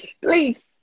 Please